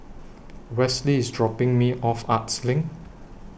Wesley IS dropping Me off Arts LINK